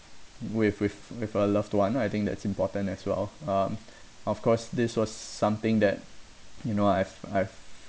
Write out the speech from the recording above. with with with a loved one I think that's important as well um of course this was something that you know I've I've